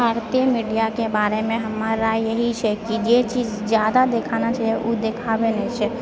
भारतीय मीडियाके बारेमे हमर राय यही छै कि जे चीज जादा दिखाना चाहियै ओ देखाबै नहि छै